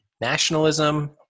nationalism